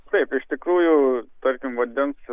taip iš tikrųjų tarkim vandens